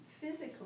Physically